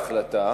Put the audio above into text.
כרקע להחלטה,